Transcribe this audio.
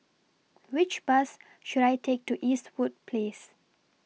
Which Bus should I Take to Eastwood Place